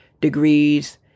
degrees